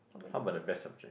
how about the best subject